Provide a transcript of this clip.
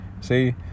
See